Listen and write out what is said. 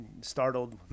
startled